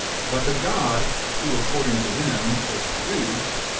but the god who, according to them, was produced,